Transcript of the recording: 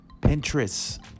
Pinterest